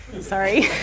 Sorry